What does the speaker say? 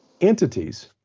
entities